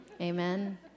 Amen